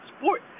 sport